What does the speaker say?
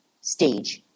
stage